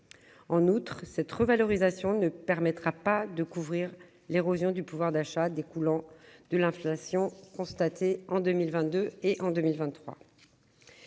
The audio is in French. En outre, cette revalorisation ne permettra pas de couvrir l'érosion du pouvoir d'achat découlant de l'inflation constatée en 2022 et prévue en 2023.